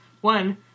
One